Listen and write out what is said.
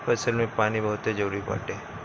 फसल में पानी बहुते जरुरी बाटे